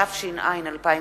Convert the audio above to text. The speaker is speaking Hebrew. התש"ע 2010,